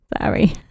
Sorry